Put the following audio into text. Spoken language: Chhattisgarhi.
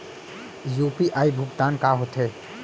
यू.पी.आई भुगतान का होथे?